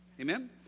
Amen